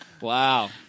Wow